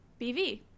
BV